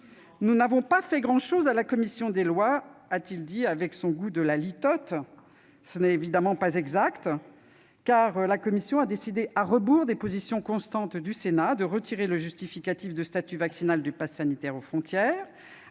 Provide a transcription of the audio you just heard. Nous n'avons pas fait grand-chose en commission des lois », a-t-il affirmé avec son goût de la litote. Ce n'est évidemment pas exact. La commission a décidé, à rebours des positions constantes du Sénat, de retirer le justificatif de statut vaccinal du passe sanitaire aux frontières